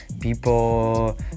people